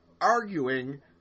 arguing